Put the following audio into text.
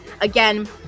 Again